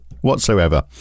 whatsoever